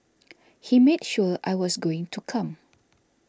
he made sure I was going to come